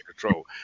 control